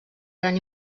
gran